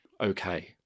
okay